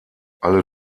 alle